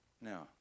Now